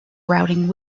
routing